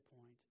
point